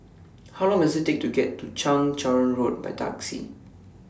How Long Does IT Take to get to Chang Charn Road By Taxi